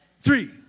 Three